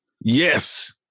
Yes